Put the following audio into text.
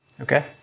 Okay